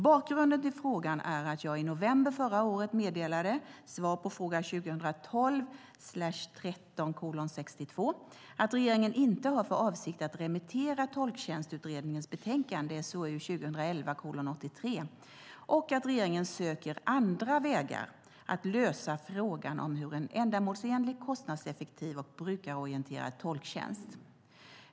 Bakgrunden till frågan är att jag i november förra året, i svar på fråga 2012/13:62, meddelade att regeringen inte har för avsikt att remittera Tolktjänstutredningens betänkande och att regeringen söker andra vägar för att lösa frågan om en ändamålsenlig, kostnadseffektiv och brukarorienterad tolktjänst.